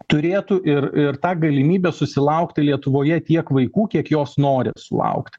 turėtų ir ir tą galimybę susilaukti lietuvoje tiek vaikų kiek jos nori sulaukti